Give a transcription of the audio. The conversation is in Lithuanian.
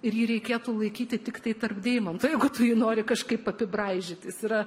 ir jį reikėtų laikyti tiktai tarp deimantų jeigu tu nori kažkaip apibraižyti jis yra